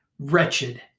Wretched